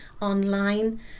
online